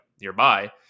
nearby